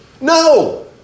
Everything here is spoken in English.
No